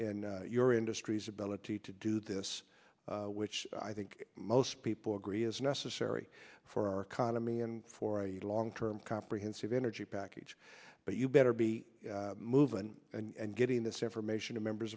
in your industry's ability to do this which i think most people agree is necessary for our economy and for a long term comprehensive energy package but you better be moving and getting this information to members